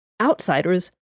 outsiders